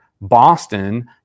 Boston